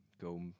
go